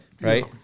right